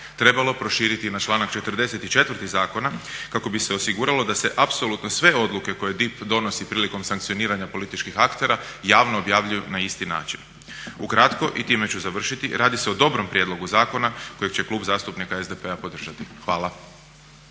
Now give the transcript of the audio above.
trebalo proširiti na članak 44. zakona kako bi se osiguralo da se apsolutno sve odluke koje DIP donosi pirikom sankcioniranja političkih aktera javno objavljuju na isti način. Ukratko i time ću završiti, radi se o dobrom prijedlogu zakona kojeg će Klub zastupnika SDP-a podržati. Hvala.